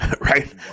right